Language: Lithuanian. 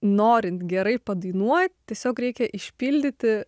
norint gerai padainuot tiesiog reikia išpildyti